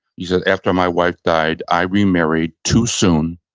he said, after my wife died, i remarried too soon